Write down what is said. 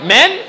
Men